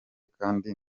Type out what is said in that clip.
kandi